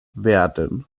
werden